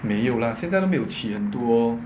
没有 lah 现在都没有起很多